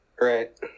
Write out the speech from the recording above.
right